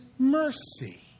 Mercy